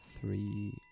Three